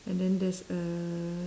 and then there's a